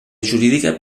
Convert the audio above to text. jurídica